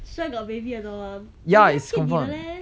sure got baby or not maybe 他骗你的 leh